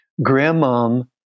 grandmom